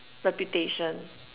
reputation